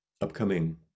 upcoming